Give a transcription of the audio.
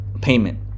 Payment